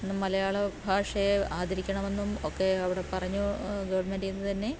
മലയാളഭാഷയെ ആദരിക്കണമെന്നും ഒക്കെ അവിടെ പറഞ്ഞു ഗവൺമെൻറ്റിൽ നിന്ന് തന്നെ